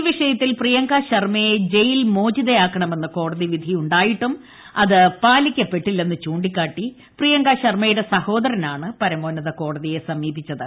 ഈ വിഷയത്തിൽ പ്രിയങ്ക ശർമ്മയെ ജയിൽ മോചിതയാക്കണമെന്ന് കോടതി വിധിയുണ്ടായിട്ടും അത് പാലിക്കപ്പെട്ടില്ലെന്ന് പ്രിയങ്ക ശർമ്മയുടെ സഹോദരനാണ് പരമോന്നത കോടതിയെ സമീപിച്ചത്